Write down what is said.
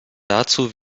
dazu